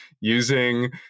Using